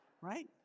Right